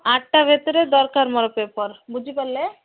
ଆଠଟା ଭିତରେ ଦରକାର ମୋର ପେପର୍ ବୁଝି ପାରିଲେ